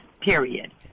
Period